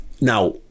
now